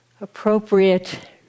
appropriate